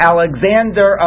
Alexander